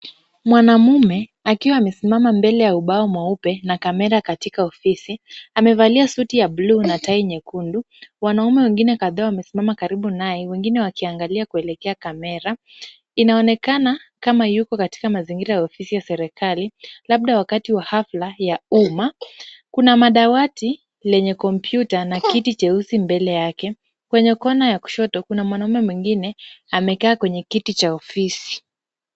Mwanaume akiwa amesimama mbele ya ubao mweupe na kamera katika ofisi amevalia suti ya bluu na tai nyekundu. Wanaume wengine kadhaa wamesimama karibu naye wengine wakiangalia kuelekea kamera. Inaonekana kama yuko katika mazingira ya ofisi ya serikali labda wakati wa hafla ya umma. Kuna madawati lenye kompyuta na kiti cheusi mbele yake. Kwenye kona ya kushoto kuna mwanaume mwingine amekaa kwenye kiti cha ofisi.